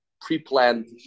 Pre-planned